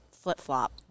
Flip-flop